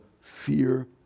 fear